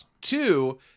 Two